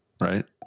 right